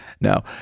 No